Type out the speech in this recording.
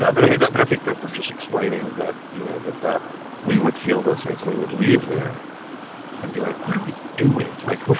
but but, i mean, that but i think that we're just explaining that, you know, that that we would feel those things. and we would leave there and be, like, what are we doing? like, you